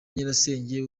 nyirasenge